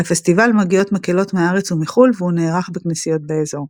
אל הפסטיבל מגיעות מקהלות מהארץ ומחו"ל והוא נערך בכנסיות באזור.